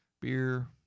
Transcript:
beer